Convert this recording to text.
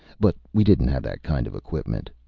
but we didn't have that kind of equipment.